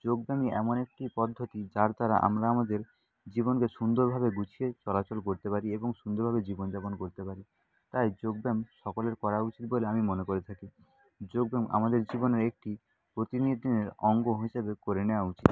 যোগব্যায়ামই এমন একটি পদ্ধতি যার দ্বারা আমরা আমাদের জীবনকে সুন্দরভাবে গুছিয়ে চলাচল করতে পারি এবং সুন্দরভাবে জীবন যাপন করতে পারি তাই যোগব্যায়াম সকলের করা উচিত বলে আমি মনে করে থাকি যোগব্যায়াম আমাদের জীবনের একটি প্রতিনিয়তির অঙ্গ হিসেবে করে নেওয়া উচিত